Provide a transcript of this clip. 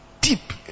deep